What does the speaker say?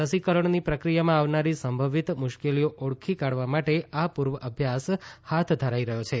રસીકરણની પ્રક્રિયામાં આવનારી સંભવિત મુશ્કેલીઓ ઓળખી કાઢવા માટે આ પૂર્વઅભ્યાસ હાથ ધરાઈ રહ્યો છે